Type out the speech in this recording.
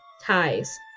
ties